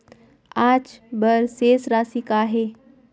आज बर शेष राशि का हे?